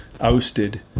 ousted